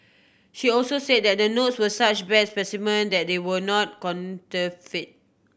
she also say that the notes were such bad specimen that they were not counterfeit